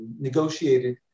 negotiated